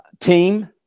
team